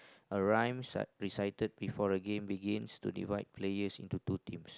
arise that decided before the game begins to divide players into team